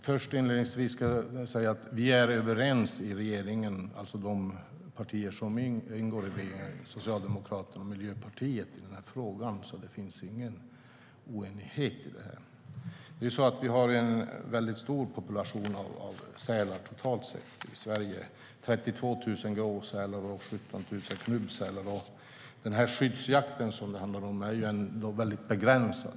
Fru talman! De partier som ingår i regeringen, Socialdemokraterna och Miljöpartiet, är överens i den här frågan. Det finns ingen oenighet om detta. Vi har totalt sett en stor population av sälar i Sverige, 32 000 gråsälar och 17 000 knubbsälar. Den skyddsjakt som det handlar om är väldigt begränsad.